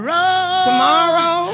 Tomorrow